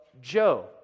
Joe